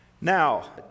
Now